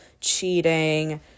cheating